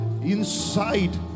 inside